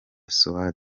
stuart